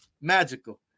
magical